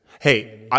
Hey